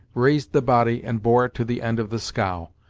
raised the body and bore it to the end of the scow.